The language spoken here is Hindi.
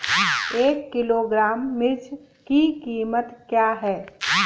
एक किलोग्राम मिर्च की कीमत क्या है?